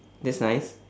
that's nice